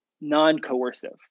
non-coercive